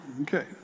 Okay